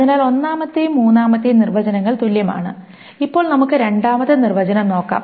അതിനാൽ ഒന്നാമത്തെയും മൂന്നാമത്തെയും നിർവചനങ്ങൾ തുല്യമാണ് ഇപ്പോൾ നമുക്ക് രണ്ടാമത്തെ നിർവചനം നോക്കാം